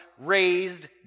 raised